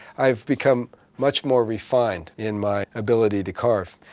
i've become much more refined in my ability to carve.